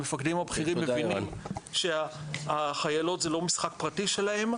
המפקדים הבכירים מבינים שהחיילות זה לא משחק פרטי שלהם.